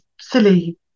silly